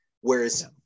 Whereas